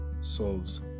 solves